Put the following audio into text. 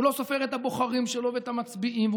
הוא לא סופר את הבוחרים שלו ואת המצביעים,